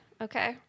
Okay